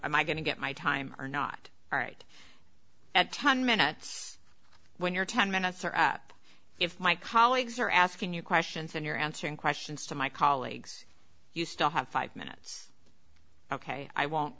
am i going to get my time or not right at ten minutes when your ten minutes are up if my colleagues are asking you questions and you're answering questions to my colleagues you still have five minutes ok i won't